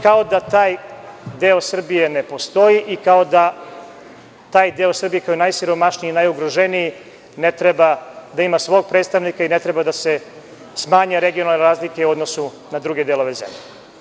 Kao da taj deo Srbije ne postoji i kao da taj deo Srbije koji je najsiromašniji i najugroženiji ne treba da ima svog predstavnika i ne treba da se smanje regionalne razlike u odnosu na druge delove zemlje.